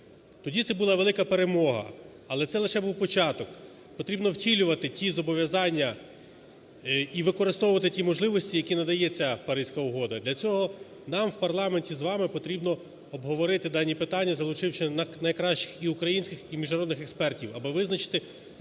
Тоді це була велика перемога, але це лише був початок. Потрібно втілювати ті зобов'язання і використовувати ті можливості, які надає ця Паризька угода. Для цього нам в парламенті з вами потрібно обговорити дані питання, залучивши найкращих і українських, і міжнародних експертів, аби визначити майбутній